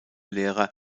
lehrer